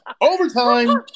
Overtime